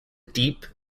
deep